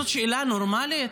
זאת שאלה נורמלית?